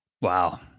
Wow